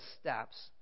steps